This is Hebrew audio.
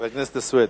חבר הכנסת סוייד,